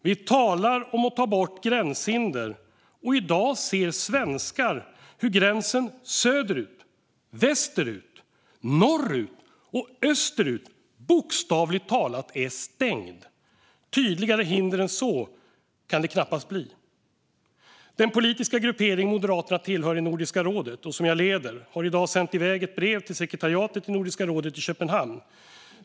Vi talar om att ta bort gränshinder, men i dag ser svenskar hur gränserna söderut, västerut, norrut och österut bokstavligt talat är stängda. Tydligare hinder än så kan det knappast bli! Den politiska gruppering som Moderaterna tillhör i Nordiska rådet, och som jag leder, har i dag sänt i väg ett brev till sekretariatet i Nordiska rådet i Köpenhamn.